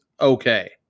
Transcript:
okay